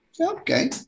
Okay